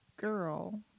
girl